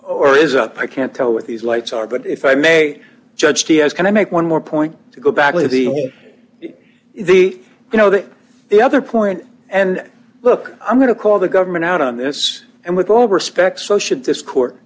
or is a i can't tell with these lights are but if i may judge ts can i make one more point to go back to the way the you know the the other point and look i'm going to call the government out on this and with all respect so should this court